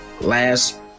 Last